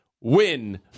win